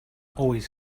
always